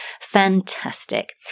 Fantastic